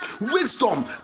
wisdom